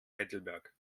heidelberg